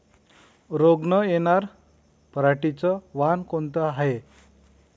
रोग न येनार पराटीचं वान कोनतं हाये?